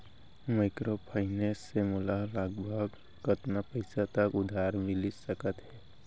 Microfinance से मोला लगभग कतना पइसा तक उधार मिलिस सकत हे?